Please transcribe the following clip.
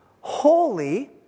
holy